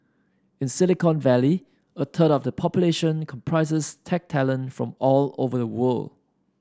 in Silicon Valley a third of the population comprises tech talent from all over the world